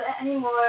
anymore